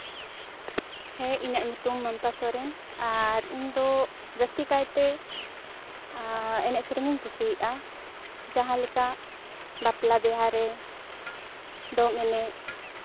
ᱦᱮᱸ ᱤᱧᱟᱹᱜ ᱧᱩᱛᱩᱢ ᱢᱚᱢᱛᱟ ᱥᱚᱨᱮᱱ ᱟᱨ ᱤᱧ ᱫᱚ ᱡᱟᱹᱥᱛᱤ ᱠᱟᱭᱛᱮ ᱮᱱᱮᱡ ᱥᱮᱨᱮᱧ ᱤᱧ ᱠᱩᱥᱤᱟᱭᱜᱼᱟ ᱡᱟᱦᱟᱸ ᱞᱮᱠᱟ ᱵᱟᱯᱞᱟ ᱵᱤᱦᱟᱹ ᱨᱮ ᱫᱚᱝ ᱮᱱᱮᱡ